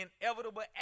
inevitable